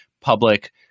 public